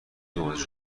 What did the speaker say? مواجه